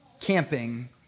camping